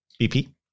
BP